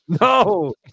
No